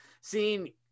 seeing